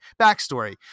Backstory